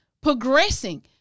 progressing